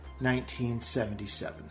1977